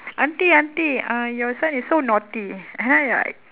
auntie auntie uh your son is so naughty and then you're like